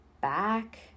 back